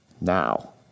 now